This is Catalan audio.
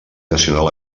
nacional